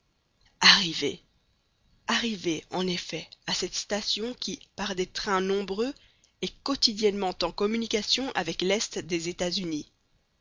arrivés arrivés en effet à cette station qui par des trains nombreux est quotidiennement en communication avec l'est des états-unis